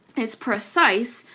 it's precise,